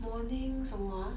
morning 什么 ah